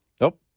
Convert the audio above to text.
Nope